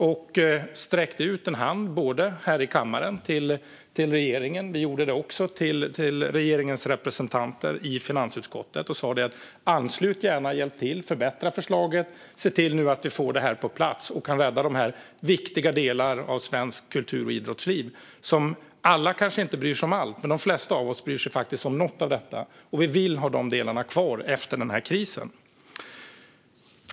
Jag sträckte ut en hand, både här i kammaren till regeringen och till regeringens representanter i finansutskottet. Jag sa: Anslut gärna! Hjälp till att förbättra förslaget! Se nu till att vi får det här på plats och kan rädda viktiga delar av svenskt kultur och idrottsliv. Alla kanske inte bryr sig om allt, men de flesta av oss bryr sig faktiskt om något av detta. Vi vill ha de delarna kvar efter den här krisen.